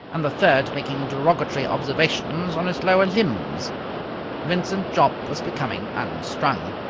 and the third making derogatory observations on his lower limbs vincent jopp was becoming unstrung.